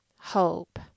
hope